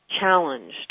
challenged